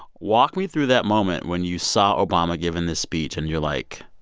walk me through that moment when you saw obama giving this speech and you're, like